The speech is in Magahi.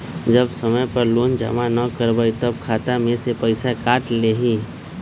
जब समय पर लोन जमा न करवई तब खाता में से पईसा काट लेहई?